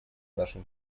нашим